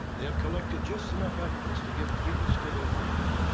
they have collected just enough evidence to give credence to their theory.